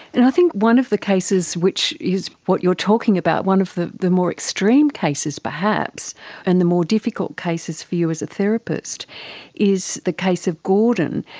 and i think one of the cases which is what you're talking about, one of the the more extreme cases perhaps and the more difficult cases for you as a therapist is the case of gordon.